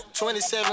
27